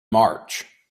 march